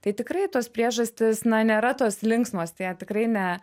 tai tikrai tos priežastys na nėra tos linksmos tai jie tikrai ne